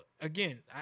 Again